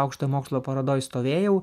aukštojo mokslo parodoj stovėjau